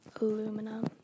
Aluminum